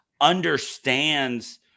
understands